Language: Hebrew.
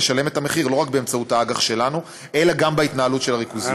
נשלם את המחיר לא רק באמצעות האג"ח שלנו אלא גם בהתנהלות של הריכוזיות.